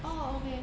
oh okay